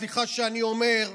סליחה שאני אומר.